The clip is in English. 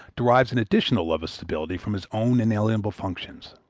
derives an additional love of stability from his own inalienable functions.